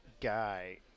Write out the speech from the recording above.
guy –